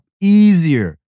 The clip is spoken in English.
easier